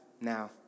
now